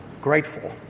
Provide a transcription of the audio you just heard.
grateful